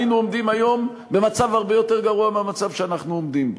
היינו עומדים היום במצב הרבה יותר גרוע מהמצב שאנחנו עומדים בו.